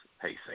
pacing